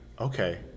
Okay